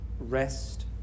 rest